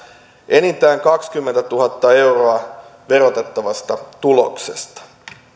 enintään kaksikymmentätuhatta euroa verotettavasta tuloksesta